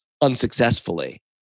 unsuccessfully